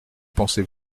pensez